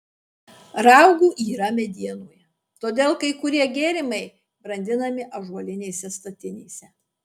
raugų yra medienoje todėl kai kurie gėrimai brandinami ąžuolinėse statinėse